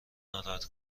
ناراحت